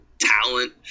talent